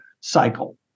cycle